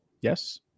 Yes